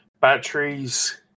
Batteries